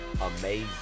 amazing